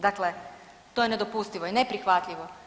Dakle, to je nedopustivo i neprihvatljivo.